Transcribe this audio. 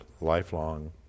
lifelong